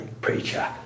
preacher